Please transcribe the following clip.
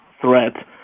threat